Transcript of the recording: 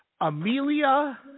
Amelia